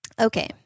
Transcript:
Okay